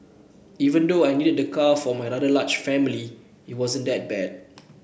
even though I needed the car for my rather large family it wasn't that bad